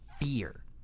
fear